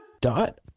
Dot